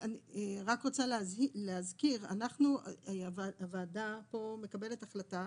אני רק רוצה להזכיר, הוועדה פה מקבלת החלטה